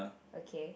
okay